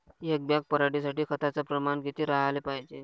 एक बॅग पराटी साठी खताचं प्रमान किती राहाले पायजे?